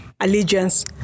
allegiance